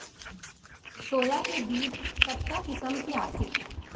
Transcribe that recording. Soya के बीज कतका किसम के आथे?